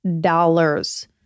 dollars